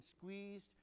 squeezed